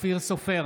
אופיר סופר,